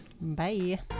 bye